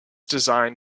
design